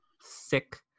sick